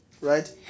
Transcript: right